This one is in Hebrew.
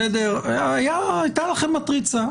הייתה לכם מטריצה.